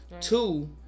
Two